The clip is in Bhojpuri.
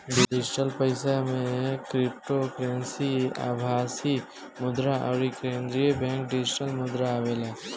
डिजिटल पईसा में क्रिप्टोकरेंसी, आभासी मुद्रा अउरी केंद्रीय बैंक डिजिटल मुद्रा आवेला